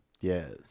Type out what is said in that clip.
Yes